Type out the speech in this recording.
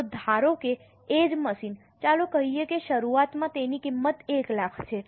તો ધારો કે એ જ મશીન ચાલો કહીએ કે શરૂઆતમાં તેની કિંમત 1 લાખ છે